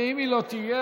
ואם היא לא תהיה,